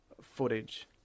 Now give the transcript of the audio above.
footage